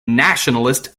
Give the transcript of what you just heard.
nationalist